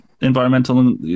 environmental